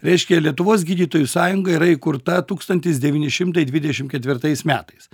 reiškia lietuvos gydytojų sąjunga yra įkurta tūkstantis devyni šimtai dvidešim ketvirtais metais